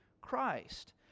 Christ